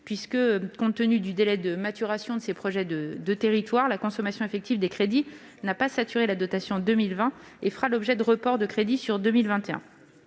Compte tenu du délai de maturation de ces projets, la consommation effective des crédits n'a pas saturé la dotation 2020 et fera l'objet de reports sur 2021.